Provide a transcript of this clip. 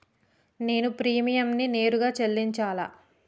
నేను ప్రీమియంని నేరుగా చెల్లించాలా?